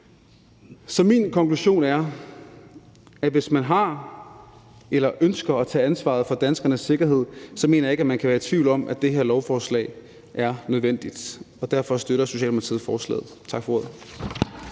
Så min konklusion er, at hvis man har eller ønsker at tage ansvaret for danskernes sikkerhed, så kan man ikke være i tvivl om, at det her lovforslag er nødvendigt, og derfor støtter Socialdemokratiet forslaget. Tak for ordet.